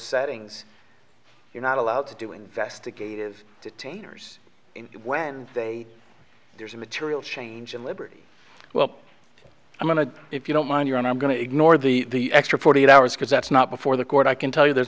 settings you're not allowed to do investigative detainers when they there's a material change in liberty well i'm going to if you don't mind your own i'm going to ignore the extra forty eight hours because that's not before the court i can tell you there's